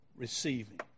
Receiving